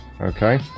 okay